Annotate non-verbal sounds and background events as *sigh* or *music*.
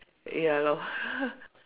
ya lor *laughs*